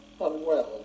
unwell